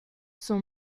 son